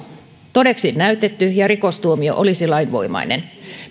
todeksi näytetty ja rikostuomio olisi lainvoimainen pelkän